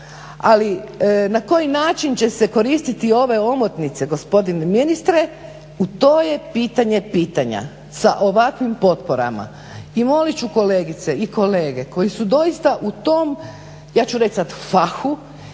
ali na koji način će se koristiti ove omotnice gospodine ministre, u to je pitanje pitanja sa ovakvim potporama. I molit ću kolegice i kolege koji su doista u tom, ja ću reći sad fahu,